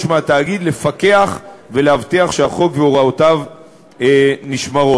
מהקבלנים ולהבטיח שהחוק והוראותיו נשמרים.